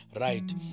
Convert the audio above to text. Right